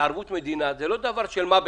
בערבות מדינה, זה לא דבר של מה בכך.